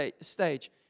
stage